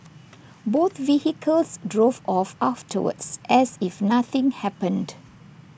both vehicles drove off afterwards as if nothing happened